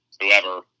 whoever